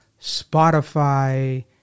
Spotify